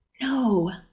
No